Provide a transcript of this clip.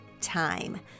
time